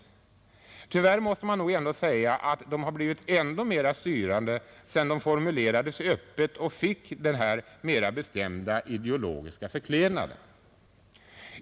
Tyvärr måste man ändå säga att de blivit ännu mer styrande sedan de formulerades öppet och fick en mer bestämd ideologisk förklädnad.